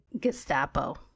Gestapo